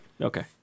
Okay